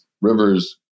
rivers